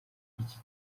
iki